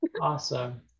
awesome